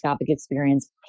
experience